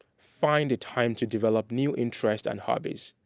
find a time to develop new interests and hobbies.